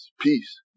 peace